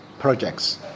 projects